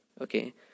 okay